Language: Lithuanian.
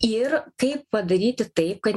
ir kaip padaryti taip kad